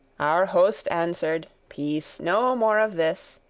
our host answered, peace, no more of this.